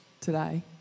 today